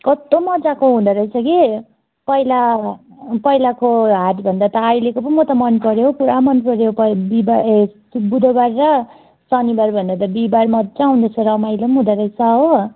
कस्तो मजाको हुँदोरहेछ कि पहिला पहिलाको हाटभन्दा त अहिलेको पो म त मनपऱ्यो हौ पुरा मनपऱ्यो प बिहिबार ए बुधबार र शनिबारभन्दा त बिहिबार मजा आउँदोरहेछ रमाइलो पनि हुँदोरहेछ हो